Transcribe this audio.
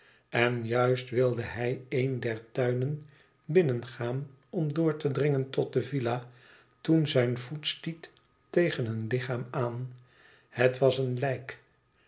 en juist wilde hij een der tuinen binnengaan om door te dringen tot de villa toen zijn voet stiet tegen een lichaam aan het was een lijk